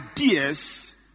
ideas